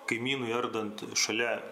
kaimynui ardant šalia